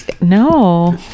no